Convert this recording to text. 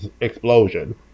explosion